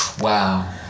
Wow